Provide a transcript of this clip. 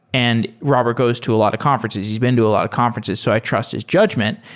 and robert goes to a lot of conferences. he's been to a lot of conferences. so i trust his judgment.